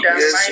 yes